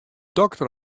dokter